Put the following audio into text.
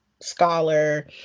scholar